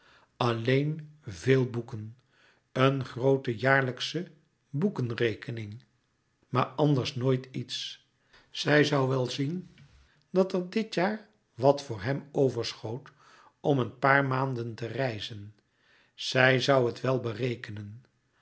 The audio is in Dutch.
alleen veel boeken een groote jaarlijksche boekenrekening maar anders nooit iets zij zoû wel zien dat er dit jaar wat voor hem overschoot om een paar maanden te reizen zij zoû het wel berekenen